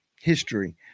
history